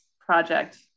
project